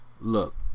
Look